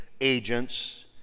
agents